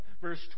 Verse